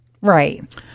Right